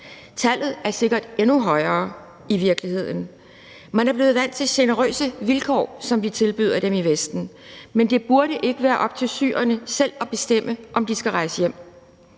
Tallet er sikkert endnu højere i virkeligheden. Man er blevet vant til generøse vilkår, som vi tilbyder dem i Vesten, men det burde ikke være op til syrerne selv at bestemme, om de skal rejse hjem.